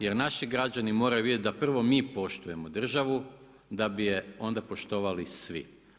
Jer naši građani moraju vidjeti da prvo mi poštujemo državu da bi je onda poštovali svi.